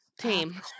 Team